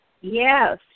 Yes